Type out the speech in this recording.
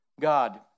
God